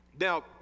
Now